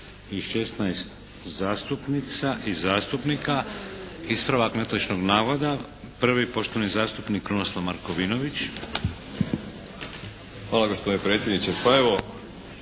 Hvala gospodine predsjedniče.